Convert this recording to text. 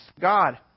God